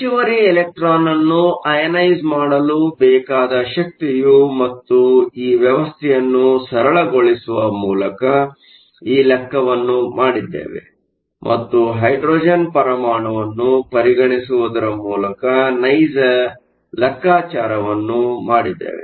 ಹೆಚ್ಚುವರಿ ಎಲೆಕ್ಟ್ರಾನ್ ಅನ್ನು ಐಅನೈಸ಼್ ಮಾಡಲು ಬೇಕಾದ ಶಕ್ತಿಯು ಮತ್ತು ಈ ವ್ಯವಸ್ಥೆಯನ್ನು ಸರಳಗೊಳಿಸುವ ಮೂಲಕ ಈ ಲೆಕ್ಕವನ್ನು ಮಾಡಿದ್ದೇವೆ ಮತ್ತು ಹೈಡ್ರೋಜನ್ ಪರಮಾಣುವನ್ನು ಪರಿಗಣಿಸುವುದರ ಮೂಲಕ ನೈಜ ಲೆಕ್ಕಾಚಾರವನ್ನು ಮಾಡಿದ್ದೇವೆ